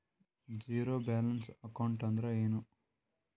Zero balance account ಅಂದ್ರ ಏನು?